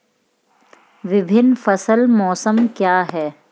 विभिन्न फसल मौसम क्या हैं?